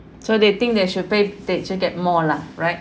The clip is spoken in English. so they think they should pay they should get more lah right